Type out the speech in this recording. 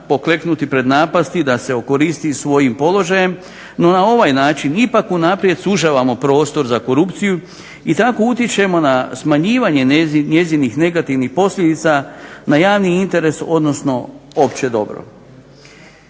pokleknuti pred napasti da se okoristi svojim položajem no na ovaj način ipak unaprijed sužavamo prostor za korupciju i tako utječemo na smanjivanje njezinih negativnih posljedica na javni interes odnosno opće dobro.